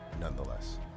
nonetheless